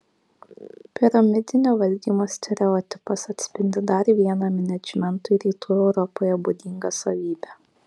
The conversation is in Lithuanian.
piramidinio valdymo stereotipas atspindi dar vieną menedžmentui rytų europoje būdingą savybę